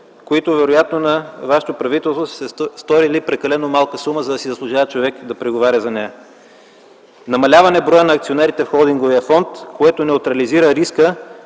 които вероятно на вашето правителство са се сторили прекалено малка сума, за да си заслужава човек да преговаря за нея; намаляване броя на акционерите в холдинговия фонд, което неутрализира риска